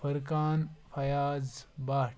Furqan Fayaz Bhat